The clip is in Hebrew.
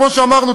כמו שאמרנו,